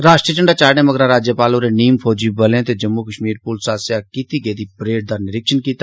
राष्ट्रीय झंडा चाढने मगरा राज्यपाल होरें नीम फौजी बलें ते जम्मू कश्मीर पुलस आस्सेआ कीती गेदी परेड दा निरिक्षण कीता